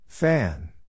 Fan